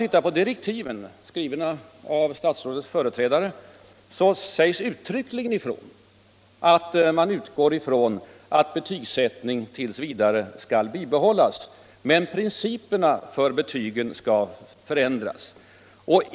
I direktiven, skrivna av statsrådets företrädare, sägs uttryckligen ifrån att man utgår från att betygsättning t.v. skall bibehållas men att principerna för den skall förändras.